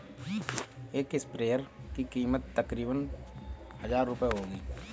एक स्प्रेयर की कीमत तकरीबन हजार रूपए होगी